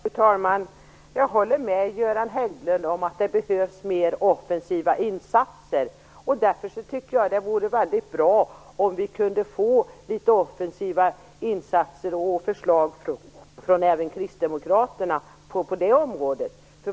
Fru talman! Jag håller med Göran Hägglund om att det behövs mer offensiva insatser. Därför tycker jag att det vore väldigt bra om vi kunde få litet offensiva insatser och förslag från även Kristdemokraterna på det området.